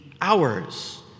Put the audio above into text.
hours